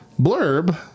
blurb